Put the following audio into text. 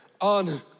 on